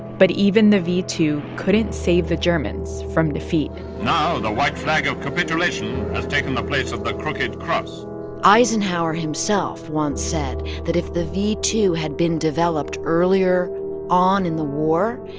but even the v two couldn't save the germans from defeat now the white flag of capitulation has taken the place of the crooked cross eisenhower himself once said that if the v two had been developed earlier on in the war,